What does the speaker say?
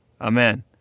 Amen